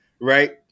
right